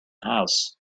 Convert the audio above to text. house